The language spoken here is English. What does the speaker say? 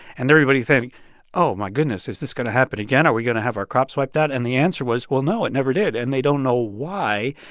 and everybody think oh, my goodness, is this going to happen again? are we going to have our crops wiped out? and the answer was, well, no, it never did. and they don't know why.